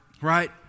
right